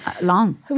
long